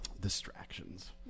distractions